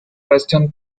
western